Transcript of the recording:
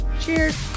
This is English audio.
Cheers